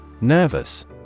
Nervous